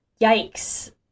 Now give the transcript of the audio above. Yikes